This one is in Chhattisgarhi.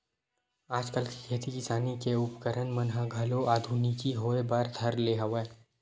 आजकल के खेती किसानी के उपकरन मन ह घलो आधुनिकी होय बर धर ले हवय